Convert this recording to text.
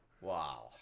Wow